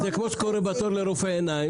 זה כמו שקורה בתור לרופא עיניים.